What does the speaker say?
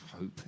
hope